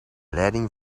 leiding